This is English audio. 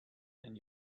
and